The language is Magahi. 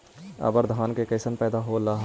अबर धान के कैसन पैदा होल हा?